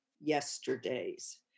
yesterdays